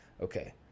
okay